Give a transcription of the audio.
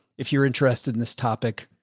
if you're interested in this topic.